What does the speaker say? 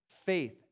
Faith